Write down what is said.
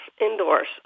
indoors